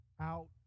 out